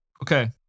Okay